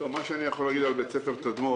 מה שאני יכול להגיד על בית ספר תדמור,